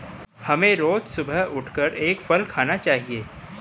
हमें रोज सुबह उठकर एक फल खाना चाहिए